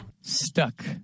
Stuck